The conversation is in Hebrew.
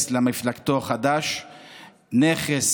נכס